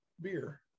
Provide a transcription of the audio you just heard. beer